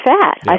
fat